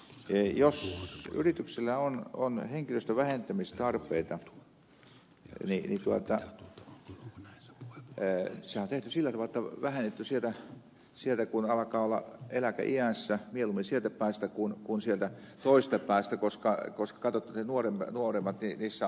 nimittäin jos yrityksellä on henkilöstön vähentämistarpeita niin sehän on tehty sillä tavalla jotta on vähennetty sieltä missä aletaan olla eläkeiässä mieluummin sieltä päästä kuin sieltä toisesta päästä koska on katsottu että niissä nuoremmissa on tulevaisuutta ja halutaan pitää niistä kiinni